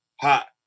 hot